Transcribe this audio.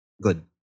good